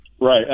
Right